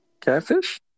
Catfish